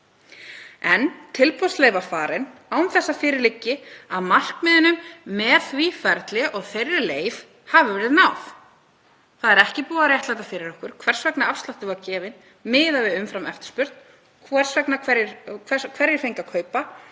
En tilboðsleið var farin án þess að fyrir liggi að markmiðunum með því ferli og þeirri leið hafi verið náð. Það er ekki búið að réttlæta fyrir okkur hvers vegna afsláttur var gefinn miðað við umframeftirspurn, hverjir fengu að kaupa